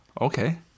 okay